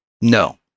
No